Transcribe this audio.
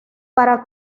para